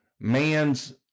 man's